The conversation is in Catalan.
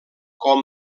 com